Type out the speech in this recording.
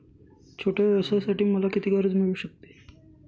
छोट्या व्यवसायासाठी मला किती कर्ज मिळू शकते?